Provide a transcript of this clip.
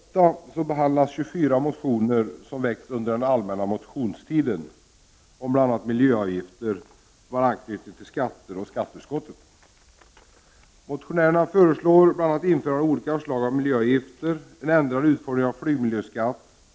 Fru talman! I skatteutskottets betänkande 8 behandlas 24 motioner som väckts under den allmänna motionstiden, om bl.a. miljöavgifter, och som har anknytning till skatter och skatteutskottet. Motionärerna föreslår bl.a. införande av olika slag av miljöavgifter och en ändrad utformning av flygmiljöskatten.